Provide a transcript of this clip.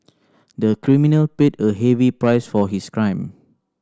the criminal paid a heavy price for his crime